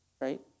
Right